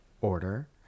order